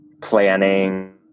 planning